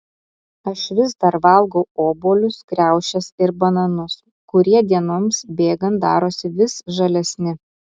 aš vis dar valgau obuolius kriaušes ir bananus kurie dienoms bėgant darosi vis žalesni